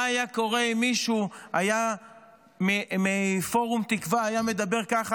מה היה קורה אם מישהו מפורום תקווה היה מדבר ככה,